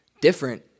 different